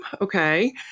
okay